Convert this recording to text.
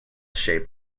shape